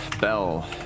Bell